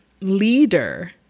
leader